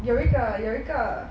有一个有一个